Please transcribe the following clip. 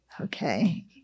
Okay